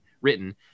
written